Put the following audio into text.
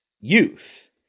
youth